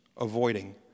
avoiding